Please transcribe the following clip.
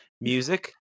music